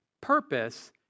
Purpose